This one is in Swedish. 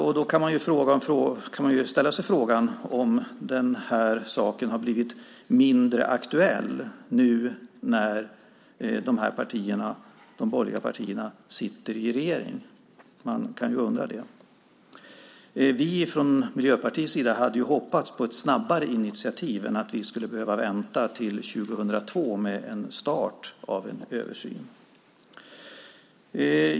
Därför kan man fråga sig om saken blivit mindre aktuell nu när de borgerliga partierna sitter i regeringen. Man kan undra. Vi från Miljöpartiets sida hade hoppats på ett snabbare initiativ än att vi ska behöva vänta till 2008 med starten av en översyn.